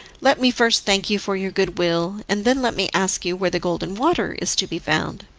let me first thank you for your good will, and then let me ask you where the golden water is to be found.